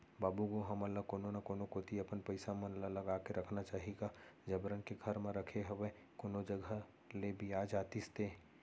बाबू गो हमन ल कोनो न कोनो कोती अपन पइसा मन ल लगा के रखना चाही गा जबरन के घर म रखे हवय कोनो जघा ले बियाज आतिस ते